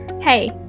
Hey